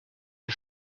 une